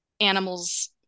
animals